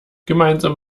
gemeinsam